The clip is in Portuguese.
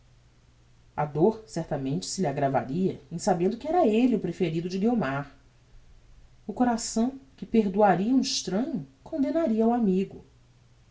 a dor certamente se lhe aggravaria em sabendo que era elle o preferido de guiomar o coração que perdoaria a um extranho condemnaria ao amigo